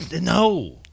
No